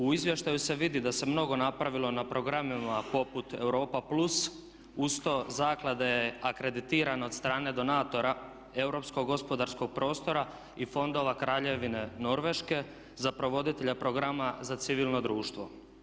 U izvještaju se vidi da se mnogo napravilo na programima poput Europa plus, uz to zaklada je akreditirana od strane donatora Europskog gospodarskog prostora i fondova Kraljevine Norveške za provoditelja programa za civilno društvo.